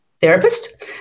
therapist